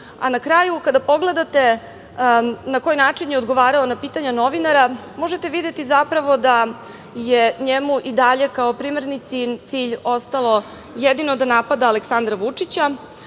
a na kraju kada pogledate na koji način je odgovarao na pitanja novinara možete videti zapravo da je njemu i dalje kao primarni cilj ostalo jedino da napada Aleksandra Vučića,